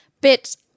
But-